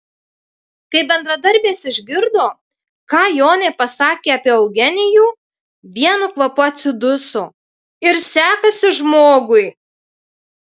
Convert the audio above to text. kai bendradarbės išgirdo ką jonė pasakė apie eugenijų vienu kvapu atsiduso ir sekasi žmogui